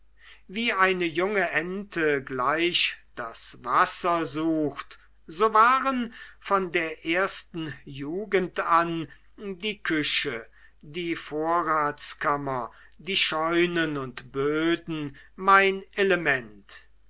wie eine junge ente gleich das wasser sucht so waren von der ersten jugend an die küche die vorratskammer die scheunen und böden mein element